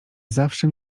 zawsze